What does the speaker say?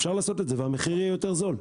אפשר לעשות את זה והמחיר יהיה יותר זול,